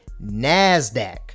NASDAQ